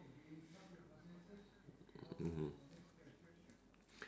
mmhmm